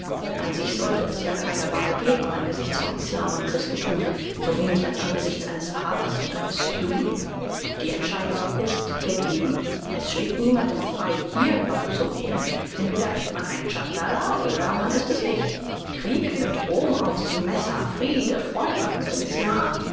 an sich sollte es ja keine wahl geben angesichts von islam und christenthum so wenig als angesichts eines arabers und eines juden die entscheidung ist gegeben es steht niemandem frei hier noch zu wählen entweder ist man ein tschandala oder man ist es nicht krieg mit rom auf's messer friede freundschaft mit dem islam